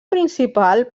principal